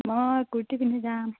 মই কুৰ্তি পিন্ধি যাম